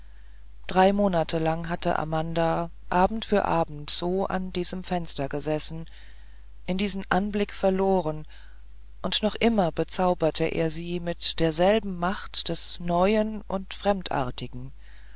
drei monate lang hatte amanda abend für abend so an diesem fenster gesessen in diesen anblick verloren und noch immer bezauberte er sie mit derselben macht des neuen und fremdartigen